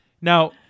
Now